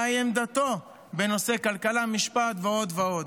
מהי עמדתו בנושא כלכלה, משפט ועוד ועוד?